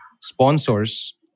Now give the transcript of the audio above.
sponsors